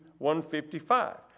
155